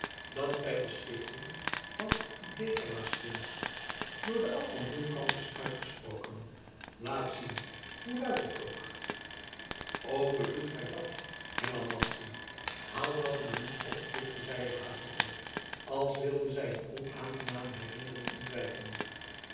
dat bij de stichting van dekamastins door den abt van bloemkamp is uitgesproken laat zien hoe luidt het ook o bedoelt gij dat hernam madzy haal dat maar niet op voegde zij er haastig bij als wilde zij een onaangename herinnering ontwijken